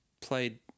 played